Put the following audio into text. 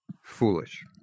foolish